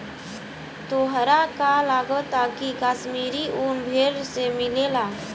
तोहरा का लागऽता की काश्मीरी उन भेड़ से मिलेला